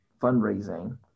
fundraising